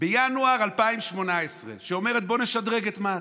בינואר 2018 שאומרת: בוא נשדרג את מה"ט,